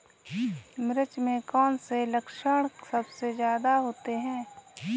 मिर्च में कौन से लक्षण सबसे ज्यादा होते हैं?